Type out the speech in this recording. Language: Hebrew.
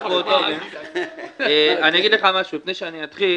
לפני שאתחיל,